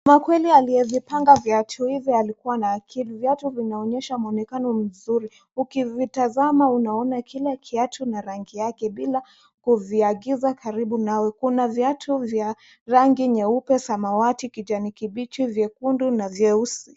Kwa kweli aliyevipanga viatu hivi alikuwa na akili. Viatu vinaonyesha mwonekano mzuri. Ukivitazama unaona kila kiatu na rangi yake bila kuviagiza karibu nawe. Kuna viatu vya rangi nyeupe, samawati kijani kibichi, vyekindu na vieusi.